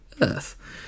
Earth